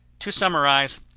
to summarize,